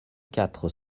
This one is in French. quatre